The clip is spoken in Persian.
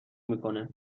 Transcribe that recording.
میکنه